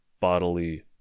bodily